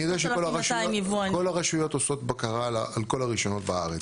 אני יודע שכל הרשויות עושות בקרה על כל הרישיונות בארץ.